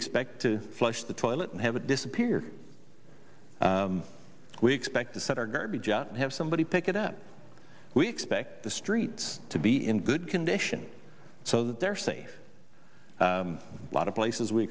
expect to flush the toilet and have it disappear we expect to set our garbage out and have somebody pick it up we expect the streets to be in good condition so they're safe a lot of places we